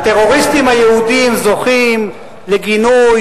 ההבדל הוא שהטרוריסטים היהודים זוכים לגינוי